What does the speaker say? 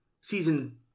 season